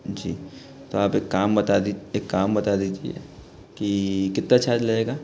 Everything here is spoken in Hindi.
जी तो आप एक काम बता एक काम बता दीजिए की कितना चार्ज लगेगा